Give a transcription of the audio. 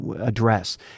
address